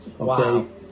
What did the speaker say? Okay